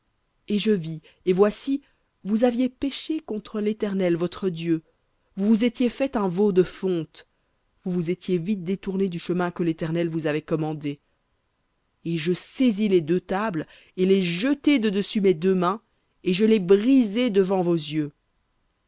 et je vis et voici vous aviez péché contre l'éternel votre dieu vous vous étiez fait un veau de fonte vous vous étiez vite détournés du chemin que l'éternel vous avait commandé et je saisis les deux tables et les jetai de dessus mes deux mains et je les brisai devant vos yeux